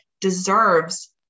deserves